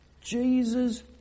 Jesus